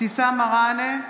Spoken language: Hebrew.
אבתיסאם מראענה,